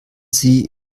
sie